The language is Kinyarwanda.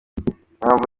impamvu